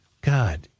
God